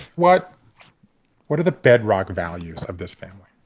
what what are the bedrock values of this family?